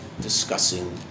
discussing